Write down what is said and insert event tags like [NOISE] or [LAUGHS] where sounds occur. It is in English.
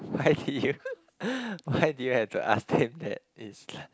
why did you [LAUGHS] why did you have to ask them that is the